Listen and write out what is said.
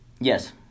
yes